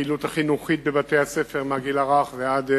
הפעילות החינוכית בבתי-הספר מהגיל הרך ועד